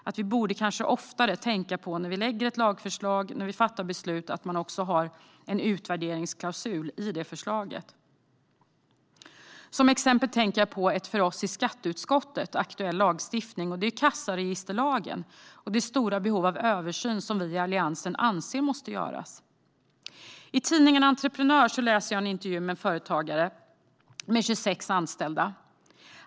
När vi lägger fram ett lagförslag och fattar beslut borde vi kanske oftare tänka på att också ha en utvärderingsklausul i förslaget. Jag tänker till exempel på den för oss i skatteutskottet aktuella kassaregisterlagen och den översyn av denna som alliansen anser måste göras. I tidningen Entreprenör läser jag en intervju med en företagare med 26 anställda.